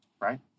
Right